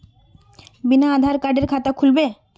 बिना आधार कार्डेर खाता खुल बे?